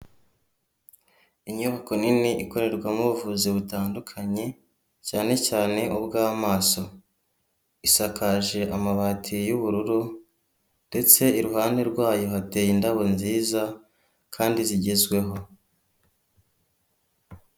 Inyubako nini ikorerwamo ubuvuzi butandukanye cyane cyane ubw'amaso, isakaje amabati y'ubururu ndetse iruhande rwayo hateye indabo nziza kandi zigezweho.